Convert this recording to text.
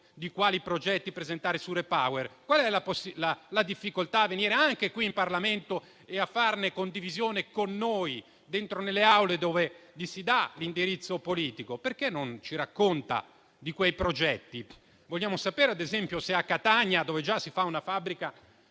di quali progetti presentare sul REPower. Qual è la difficoltà a venire qui in Parlamento e a condividerli con noi nelle Aule in cui si dà l'indirizzo politico? Perché non ci racconta di quei progetti? Vogliamo sapere, ad esempio, se a Catania, dove c'è già una fabbrica